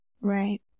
Right